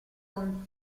con